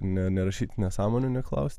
ne nerašyt nesąmonių neklaust